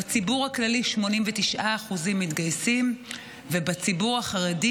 בציבור הכללי 89% מתגייסים ובציבור החרדי,